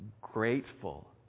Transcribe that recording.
grateful